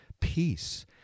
peace